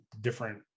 different